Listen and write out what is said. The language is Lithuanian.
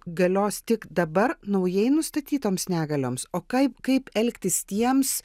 galios tik dabar naujai nustatytoms negalioms o kaip kaip elgtis tiems